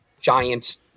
Giants